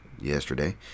yesterday